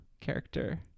character